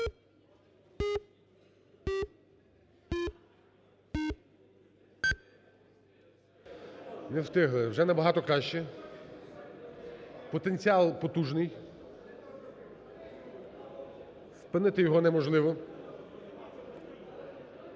Не встигли, вже набагато краще, потенціал потужний, спинити його неможливо.